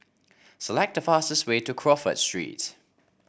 select the fastest way to Crawford Street